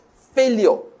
failure